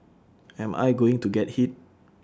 am I going to get hit